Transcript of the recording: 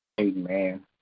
Amen